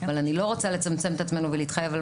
אני לא רוצה לצמצם את עצמנו ולהתחייב על